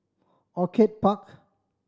Orchid Park